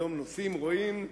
היום נוסעים, רואים.